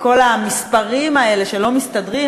כל המספרים האלה שלא מסתדרים,